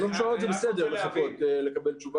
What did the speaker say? אנחנו מטפלים בתחלואה הכללית של כ-60% משטח המדינה.